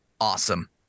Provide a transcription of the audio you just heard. awesome